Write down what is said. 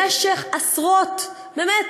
במשך עשרות, באמת,